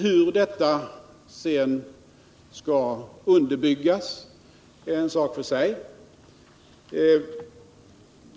Hur dessa skall underbyggas är en sak för sig.